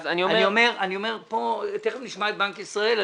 אני אומר, ותכף נשמע את בנק ישראל.